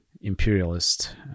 imperialist